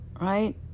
right